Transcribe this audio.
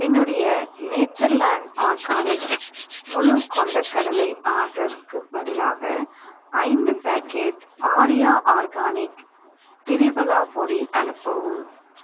என்னுடைய Natureland Organics முழு கொண்டைக் கடலை ஆர்டருக்குப் பதிலாக ஐந்து பேக்கெட் ஆர்யா ஆர்கானிக் திரிபலா பொடி அனுப்பவும்